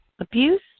Abuse